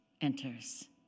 enters